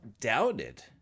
doubted